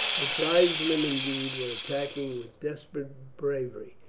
the tribesmen, indeed, were attacking with desperate bravery.